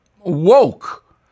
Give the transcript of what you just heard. woke